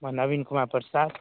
हमर नवीन कुमार प्रसाद